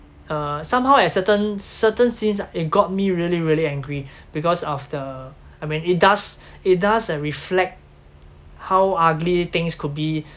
uh somehow at certain certain scenes it got me really really angry because of the I mean it does it does uh reflect how ugly things could be